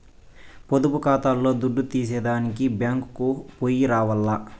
పొదుపు కాతాల్ల దుడ్డు తీసేదానికి బ్యేంకుకో పొయ్యి రావాల్ల